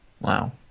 Wow